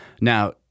Now